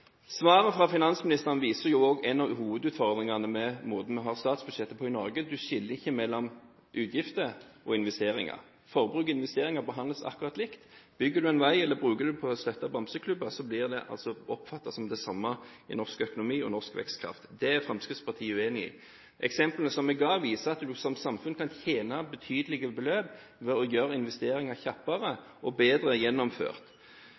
Svaret fra finansministeren viser jo også en av hovedutfordringene med å ha statsbudsjettet slik vi har det i Norge. Man skiller ikke mellom utgifter og investeringer. Forbruk og investeringer behandles akkurat likt. Bygger man en vei eller bruker pengene på å støtte bamseklubber, blir det oppfattet som det samme i norsk økonomi og norsk vekstkraft. Det er Fremskrittspartiet uenig i. Eksemplene som jeg ga, viser at man som samfunn kan tjene betydelige beløp ved å gjøre investeringer kjappere og bedre gjennomført.